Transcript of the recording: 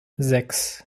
sechs